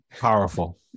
Powerful